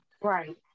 Right